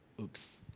oops